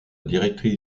directrice